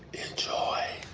enjoy.